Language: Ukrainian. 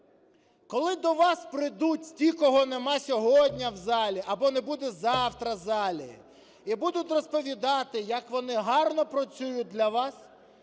Коли до вас прийдуть ті, кого немає сьогодні в залі або не буде завтра в залі, і будуть розповідати, як вони гарно працюють для вас,